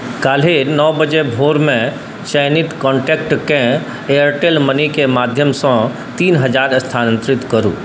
काल्हि नओ बजे भोरमे चयनित कॉन्टैक्टकेँ एयरटेल मनीके माध्यमसँ तीन हजार स्थानांतरित करू